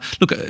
Look